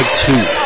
two